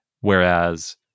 whereas